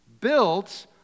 Built